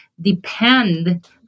depend